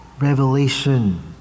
revelation